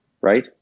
right